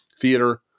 theater